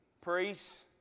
priests